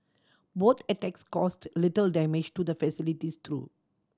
both attacks caused little damage to the facilities though